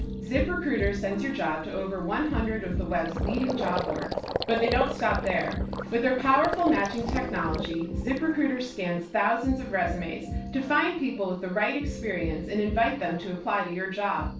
ziprecruiter sends your job to over one hundred of the web's leading job boards, but they don't stop there with their powerful matching technology. ziprecruiter scans thousands of resumes to find people with the right experience and invite them to apply to your job.